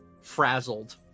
frazzled